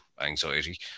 anxiety